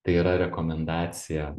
tai yra rekomendacija